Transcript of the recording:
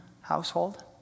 household